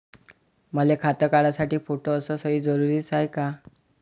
मले खातं काढासाठी फोटो अस सयी जरुरीची हाय का?